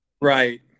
right